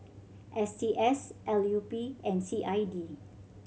S T S L U P and C I D